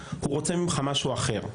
הוא רוצה ממך משהו אחר.